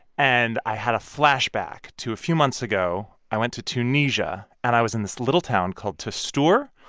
and i had a flashback to a few months ago. i went to tunisia. and i was in this little town called testour,